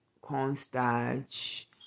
cornstarch